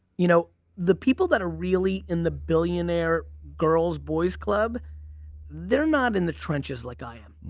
you know the people that are really in the billionaire girls boys club they're not in the trenches like i am.